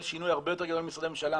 שינוי הרבה יותר גדול ממשרדי ממשלה.